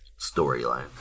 storyline